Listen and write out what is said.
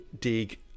dig